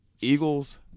Eagles